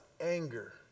anger